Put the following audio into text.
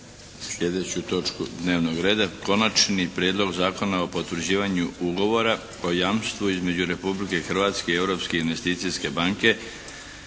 **Šeks, Vladimir (HDZ)** Konačni prijedlog Zakona o potvrđivanju Ugovora o jamstvu između Republike Hrvatske i Europske investicijske banke